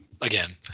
again